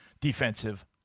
defensive